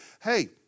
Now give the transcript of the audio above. Hey